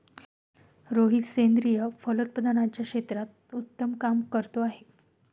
रोहित सेंद्रिय फलोत्पादनाच्या क्षेत्रात उत्तम काम करतो आहे